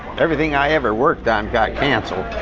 everything i ever worked on got cancelled.